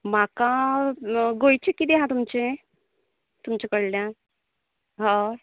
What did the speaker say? म्हाका गोंयची कितें आसा तुमचें तुमचे कडल्यान हय